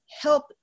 help